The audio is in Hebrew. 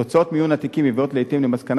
תוצאות מיון התיקים מביאות לעתים למסקנה